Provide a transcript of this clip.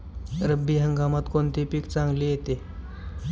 रब्बी हंगामात कोणते पीक चांगले येते?